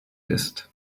ist